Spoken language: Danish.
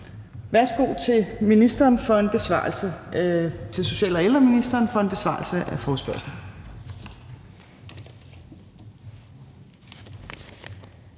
Værsgo til social- og ældreministeren for en besvarelse af forespørgslen.